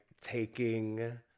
taking